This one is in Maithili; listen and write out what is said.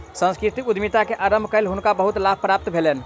सांस्कृतिक उद्यमिता के आरम्भ कय हुनका बहुत लाभ प्राप्त भेलैन